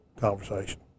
conversation